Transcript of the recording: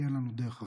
כי אין לנו דרך אחרת.